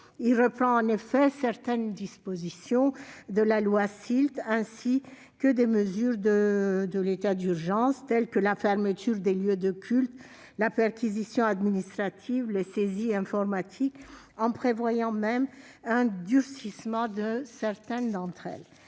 Il reprend en effet certaines dispositions de la loi SILT, ainsi que des mesures du régime de l'état d'urgence, telles que la fermeture des lieux de culte, la perquisition administrative ou les saisies informatiques, en prévoyant même un durcissement de certaines d'entre elles.